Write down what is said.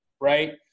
right